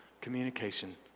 communication